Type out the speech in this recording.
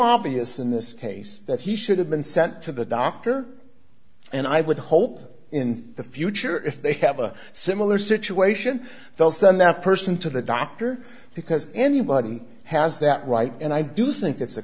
obvious in this case that he should have been sent to the doctor and i would hope in the future if they have a similar situation they'll send that person to the doctor because anybody has that right and i do think it's a